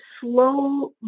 slow